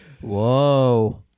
whoa